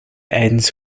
ends